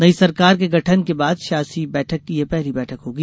नई सरकार के गठन के बाद शासी बैठक की यह पहली बैठक होगी